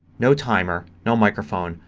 no timer. no microphone.